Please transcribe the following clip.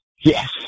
Yes